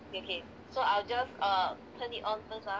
okay so I will just err turn it on first ah